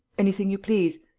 anything you please.